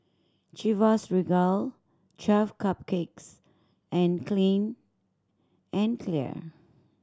Chivas Regal Twelve Cupcakes and Clean and Clear